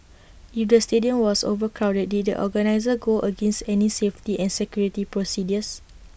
if the stadium was overcrowded did the organisers go against any safety and security procedures